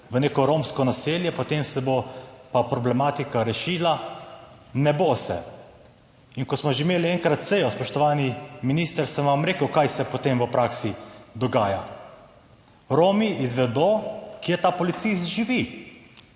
v neko romsko naselje, potem se bo pa problematika rešila, ne bo se. In ko smo že imeli enkrat sejo, spoštovani minister, sem vam rekel, kaj se potem v praksi dogaja. Romi izvedo, kje ta policist živi.